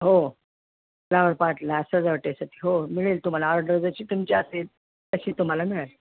हो फ्लावरपार्टला सजावटीसाठी हो मिळेल तुम्हाला ऑर्डर जशी तुमची असेल तशी तुम्हाला मिळंल